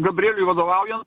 gabrieliui vadovaujant